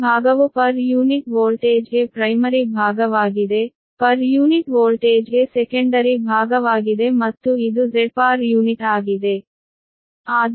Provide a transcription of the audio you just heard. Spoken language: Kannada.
ಈ ಭಾಗವು ಪರ್ ಯೂನಿಟ್ ವೋಲ್ಟೇಜ್ಗೆ ಪ್ರೈಮರಿ ಭಾಗವಾಗಿದೆ ಪರ್ ಯೂನಿಟ್ ವೋಲ್ಟೇಜ್ಗೆ ಸೆಕೆಂಡರಿ ಭಾಗವಾಗಿದೆ ಮತ್ತು ಇದು Z ಆಗಿದೆ